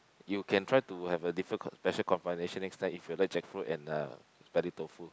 you can try to have a different com~ special combination next time if you like jackfruit and uh smelly tofu